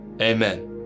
amen